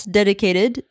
dedicated